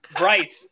Right